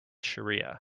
shariah